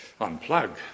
unplug